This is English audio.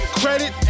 credit